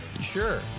Sure